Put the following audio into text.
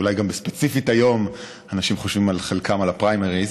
אולי גם ספציפית היום אנשים חושבים על חלקם בפריימריז.